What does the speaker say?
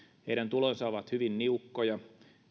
heidän tulonsa ovat hyvin niukkoja